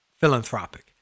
philanthropic